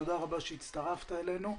תודה שהצטרפת אלינו.